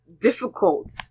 difficult